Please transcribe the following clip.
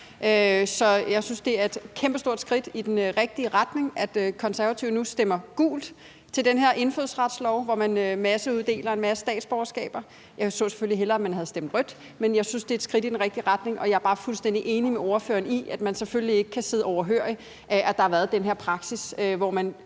Jeg synes, at det er et kæmpestort skridt i den rigtige retning, at Konservative nu stemmer gult til den her indfødsretslov, hvor man masseuddeler en masse statsborgerskaber. Jeg så selvfølgelig hellere, at man havde stemt rødt, men jeg synes, at det er et skridt i den rigtige retning. Jeg er bare fuldstændig enig med ordføreren i, at man selvfølgelig ikke kan sidde overhørig, at der har været den her praksis, hvor man